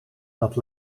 dat